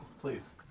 Please